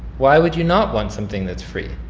why would you not want something that's free?